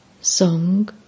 Song